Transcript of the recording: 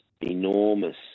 enormous